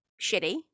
shitty